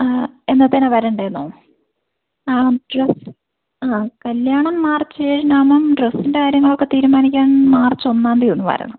എന്നത്തേനാണ് വരേണ്ടതെന്നോ നാളെ പറ്റുമോ ആ കല്ല്യാണം മാർച്ച് ഏഴിന് ആവുമ്പം ഡ്രസ്സിൻ്റെ കാര്യങ്ങൾ ഒക്കെ തീരുമാനിക്കാൻ മാർച്ച് ഒന്നാം തീയതി ഒന്ന് വരണം